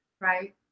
right